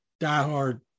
diehard